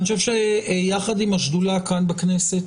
אני חושב שיחד עם השדולה כאן בכנסת